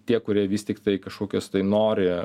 tie kurie vis tiktai kažkokias tai nori